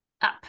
up